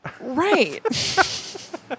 Right